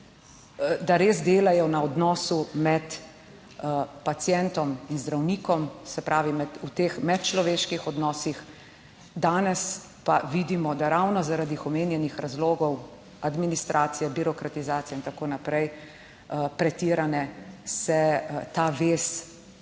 da res delajo na odnosu med pacientom in zdravnikom, se pravi, v teh medčloveških odnosih. Danes pa vidimo, da ravno, zaradi omenjenih razlogov administracije, birokratizacije in tako naprej, pretirane, se ta vez včasih